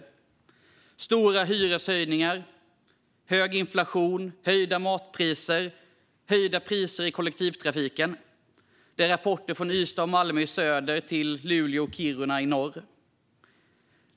Det handlar om stora hyreshöjningar, hög inflation, höjda matpriser och höjda priser i kollektivtrafiken. Det är rapporter från Ystad och Malmö i söder till Luleå och Kiruna i norr.